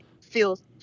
feels